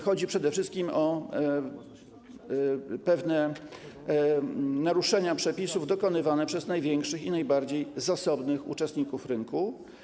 Chodzi przede wszystkim o pewne naruszenia przepisów dokonywane przez największych i najbardziej zasobnych uczestników rynku.